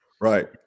right